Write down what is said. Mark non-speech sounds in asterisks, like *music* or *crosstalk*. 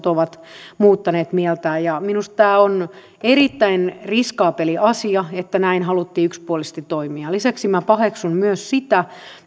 *unintelligible* ovat muuttaneet mieltään minusta tämä on erittäin riskaabeli asia että näin haluttiin yksipuolisesti toimia lisäksi minä paheksun myös sitä